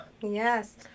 Yes